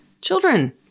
Children